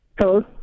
Hello